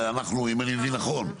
אם אני מבין נכון,